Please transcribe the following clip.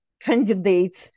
candidates